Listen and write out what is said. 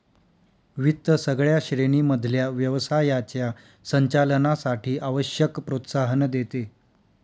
वित्त सगळ्या श्रेणी मधल्या व्यवसायाच्या संचालनासाठी आवश्यक प्रोत्साहन देते